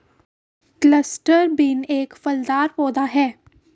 cluster bean एक फलीदार पौधा है